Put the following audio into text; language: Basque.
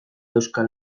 euskal